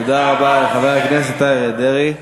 תודה לחבר הכנסת דרעי.